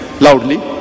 loudly